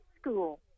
school